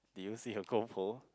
did you see a goal pole